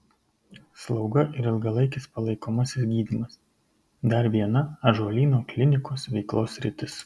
slauga ir ilgalaikis palaikomasis gydymas dar viena ąžuolyno klinikos veiklos sritis